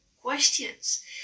questions